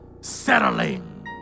settling